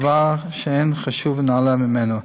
דבר שאין חשוב ונעלה ממנו.